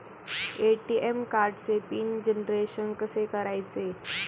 ATM कार्डचे PIN generation कसे करायचे?